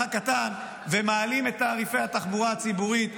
הקטן ומעלים את תעריפי התחבורה הציבורית ב-25%.